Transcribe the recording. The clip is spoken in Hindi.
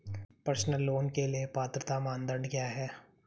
पर्सनल लोंन के लिए पात्रता मानदंड क्या हैं?